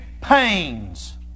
pains